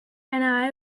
and